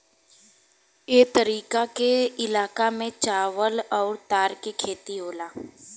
ए तरीका के इलाका में चावल अउर तार के खेती होला